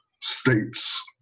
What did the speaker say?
states